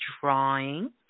drawing